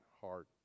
heart